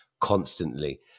constantly